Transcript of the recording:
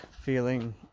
feeling